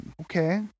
okay